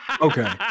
Okay